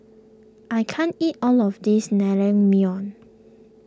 I can't eat all of this Naengmyeon